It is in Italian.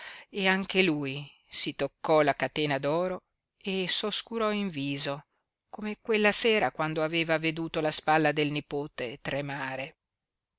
e anche lui si toccò la catena d'oro e s'oscurò in viso come quella sera quando aveva veduto la spalla del nipote tremare